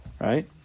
right